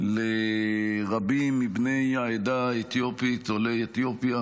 לרבים מבני העדה האתיופית, עולי אתיופיה